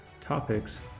topics